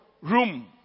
room